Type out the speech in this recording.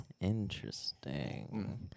Interesting